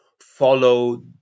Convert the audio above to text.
follow